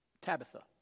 Tabitha